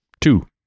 Two